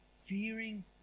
fearing